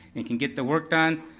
and can get the work done.